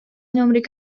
numeric